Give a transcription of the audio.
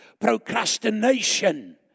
Procrastination